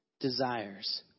desires